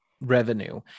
revenue